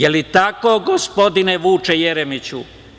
Da li je tako, gospodine Vuče Jeremiću?